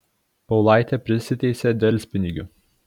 paulaitė prisiteisė delspinigių